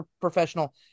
professional